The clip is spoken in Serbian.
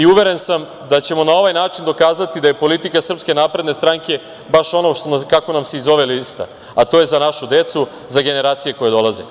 Uveren sam da ćemo na ovaj način dokazati da je politika SNS baš ono kako nam se i zove lista, a to je - Za našu decu, za generacije koje dolaze.